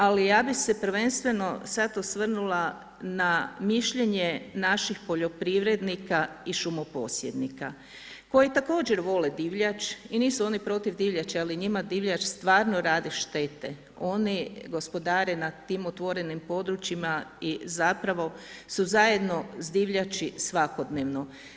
Ali ja bih se prvenstveno sada osvrnula na mišljenje naših poljoprivrednika i šumoposjednika koji također vole divljač i nisu oni protiv divljači ali njima divljač stvarno rade štete, oni gospodare na tim otvorenim područjima i zapravo su zajedno sa divljači svakodnevno.